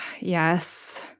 Yes